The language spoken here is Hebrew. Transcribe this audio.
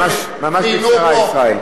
ממש בקצרה, ישראל.